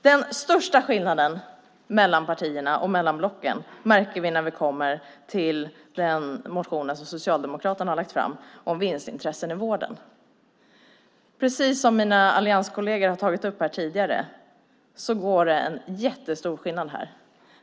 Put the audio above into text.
Den största skillnaden mellan partierna och mellan blocken märker vi när vi kommer till den motion som Socialdemokraterna har lagt fram om vinstintressen i vården. Precis som mina allianskolleger har tagit upp här tidigare finns det en stor skillnad här.